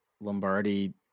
Lombardi